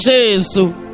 Jesus